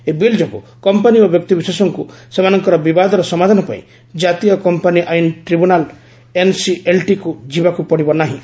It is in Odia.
ଏହି ବିଲ୍ ଯୋଗୁଁ କମ୍ପାନି ଓ ବ୍ୟକ୍ତିବିଶେଷଙ୍କୁ ସେମାନଙ୍କର ବିବାଦର ସମାଧାନ ପାଇଁ କାତୀୟ କମ୍ପାନି ଆଇନ ଟ୍ରିବ୍ୟୁନାଲ୍ ଏନ୍ସିଏଲ୍ଟିକୁ ଯିବାକୁ ପଡ଼ିବ ନାହିଁ